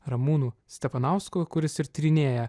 ramūnu stepanausku kuris ir tyrinėja